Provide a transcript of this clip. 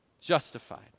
justified